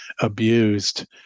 abused